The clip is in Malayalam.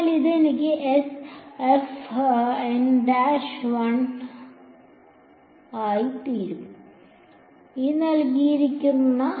അതിനാൽ ഇത് എനിക്ക് s ആയി തരും